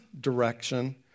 direction